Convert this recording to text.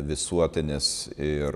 visuotinis ir